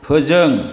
फोजों